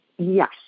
Yes